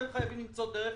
אתם חייבים למצוא דרך